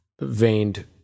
veined